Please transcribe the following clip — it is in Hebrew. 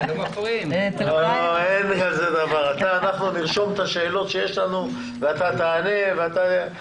אנחנו נרשום את השאלות שלנו ואתה תענה עליהן.